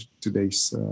today's